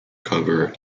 cover